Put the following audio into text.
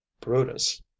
brutus